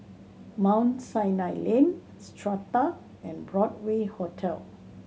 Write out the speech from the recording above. Mount Sinai Lane Strata and Broadway Hotel